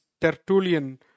Tertullian